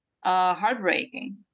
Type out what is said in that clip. heartbreaking